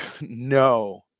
No